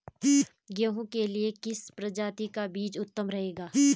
गेहूँ के लिए किस प्रजाति का बीज उत्तम रहेगा?